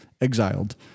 exiled